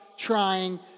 trying